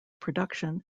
production